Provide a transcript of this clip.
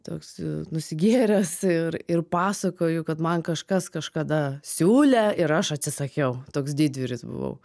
toks nusigėręs ir ir pasakoju kad man kažkas kažkada siūlė ir aš atsisakiau toks didvyris buvau